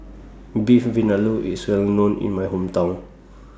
Beef Vindaloo IS Well known in My Hometown